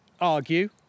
argue